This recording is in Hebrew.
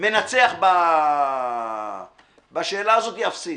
מנצח בשאלה הזאת אפסית.